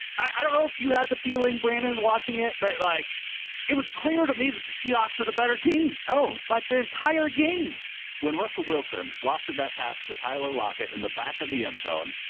i don't know if you had the feeling brandon and watching it, but like it was clear to me that the seahawks are the better team. oh, like the entire game brandan when russell wilson lofted that past to tyler lockett in the back of the end zone.